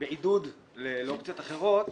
בעידוד לאופציות אחרות,